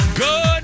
Good